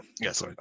Yes